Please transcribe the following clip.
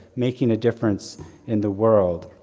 making a difference in the world.